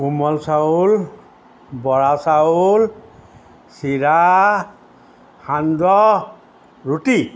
কোমল চাউল বৰা চাউল চিৰা সান্দহ ৰুটি